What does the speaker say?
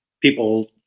people